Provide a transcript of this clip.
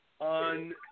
on